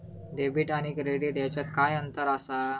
Debit आणि credit ह्याच्यात काय अंतर असा?